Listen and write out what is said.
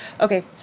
Okay